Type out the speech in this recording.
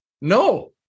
No